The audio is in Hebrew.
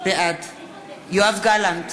בעד יואב גלנט,